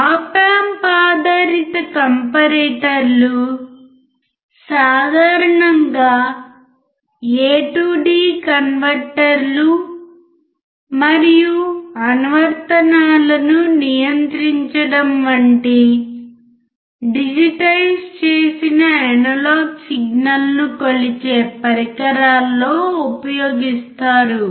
ఆప్ amp ఆధారిత కంపారిటర్లు సాధారణంగా ఎ టు డి కన్వర్టర్లు మరియు అనువర్తనాలను నియంత్రించడం వంటి డిజిటైజ్ చేసిన అనలాగ్ సిగ్నల్ను కొలిచే పరికరాల్లో ఉపయోగిస్తారు